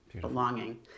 belonging